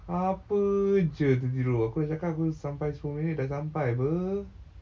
apa jer tertidur aku dah cakap aku sampai sepuluh minit dah sampai [pe]